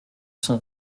son